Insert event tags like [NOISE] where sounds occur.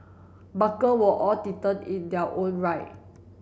barker were all [UNINTELLIGIBLE] in their own right